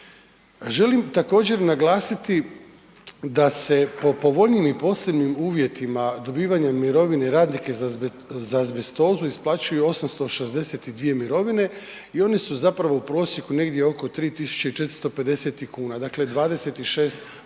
Želim također naglasiti da se po povoljnijim i posebnim uvjetima dobivanja mirovine radnika za azbestozu isplaćuju 862 mirovine i oni su u zapravo u prosjeku negdje oko 3 450 kn, dakle 26%